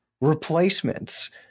Replacements